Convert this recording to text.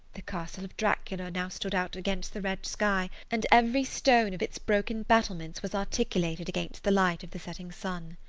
the castle of dracula now stood out against the red sky, and every stone of its broken battlements was articulated against the light of the setting sun.